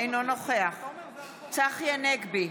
אינו נוכח צחי הנגבי,